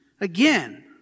again